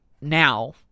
now